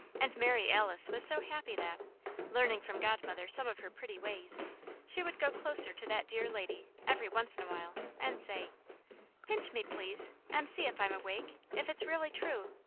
and mary alice was so happy that learning from godmother some of her pretty ways she would go closer to that dear lady, every once in a while, and say pinch me, please and see if i'm awake if it's really true.